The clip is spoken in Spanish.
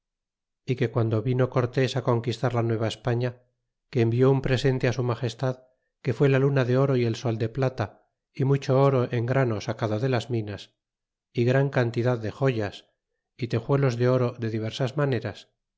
é que guando vino cortés conquistar la nueva españa que envió un presente su magestad que fué la luna de oro y el sol de plata é mucho oro en grano sacado de las minas é gran cantidad de joyas y tejuelos de oro de diversas maneras